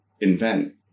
invent